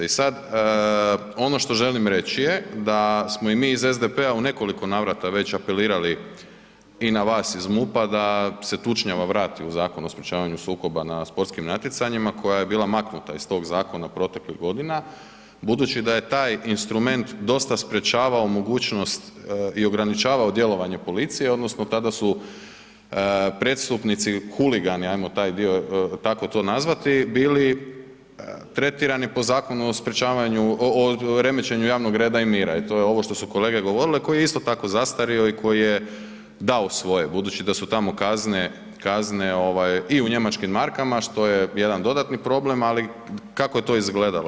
I sad, ono što želim reći je da smo i mi iz SDP-a u nekoliko navrata već apelirali i na vas iz MUP-a da se tučnjava vrati u Zakon o sprječavanju sukoba na sportskim natjecanjima koja je bila maknuta iz tog zakona proteklih godina budući da je taj instrument dosta sprječavao mogućnost i ograničavao djelovanje policije, odnosno tada su prijestupnici, huligani, hajmo taj dio, tako to nazvati, bili tretirani po zakonu o sprječavanju, remećenju javnog reda i mira i to je ovo što su kolege govorile, koji je isto tako zastario i koji je dao svoje budući da su tamo kazne i u njemačkim markama, što je jedan dodatni problem, ali kako je to izgledalo.